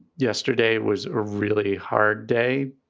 yesterday was a really hard day.